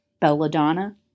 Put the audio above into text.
Belladonna